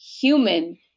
human